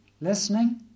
listening